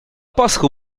пасху